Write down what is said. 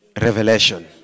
Revelation